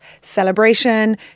celebration